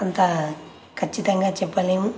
అంత ఖచ్చితంగా చెప్పలేము